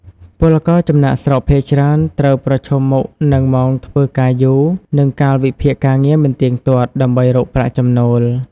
ពលករចំណាកស្រុកភាគច្រើនត្រូវប្រឈមមុខនឹង ម៉ោងធ្វើការយូរ និងកាលវិភាគការងារមិនទៀងទាត់ ដើម្បីរកប្រាក់ចំណូល ។